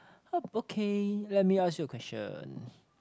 yup okay let me ask you a question